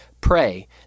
Pray